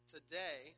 Today